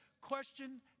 question